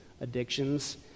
addictions